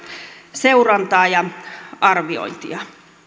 seurantaa ja arviointia